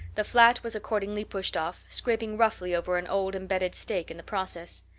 the flat was accordingly pushed off, scraping roughly over an old embedded stake in the process.